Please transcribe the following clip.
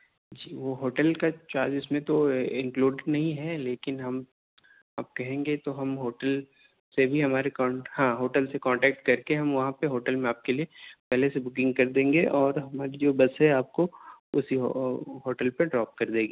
جی وہ ہوٹل کا چارج اس میں تو انکلوڈ نہیں ہے لیکن ہم آپ کہیں گے تو ہم ہوٹل چلیے ہمارے کانٹ ہاں ہوٹل سے کانٹیکٹ کر کے ہم وہاں پہ ہوٹل میں آپ کے لیے پہلے سے بکنگ کر دیں گے اور ہماری جو بس ہے آپ کو اسی ہوٹل پہ ڈراپ کر دے گی